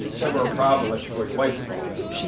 never a problem unless you call your wife the wrong name,